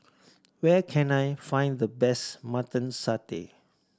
where can I find the best Mutton Satay